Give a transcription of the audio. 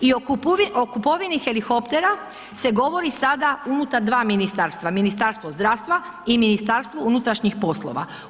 I o kupovini helikoptera se govori sada unutar dva ministarstva, Ministarstvo zdravstva i Ministarstvo unutrašnjih poslova.